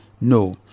no